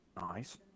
Nice